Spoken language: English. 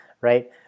right